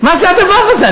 מה זה הדבר הזה?